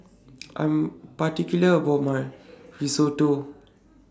I Am particular about My Risotto